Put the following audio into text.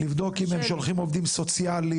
לבדוק האם הם שולחים עובדים סוציאליים?